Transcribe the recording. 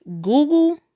Google